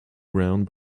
round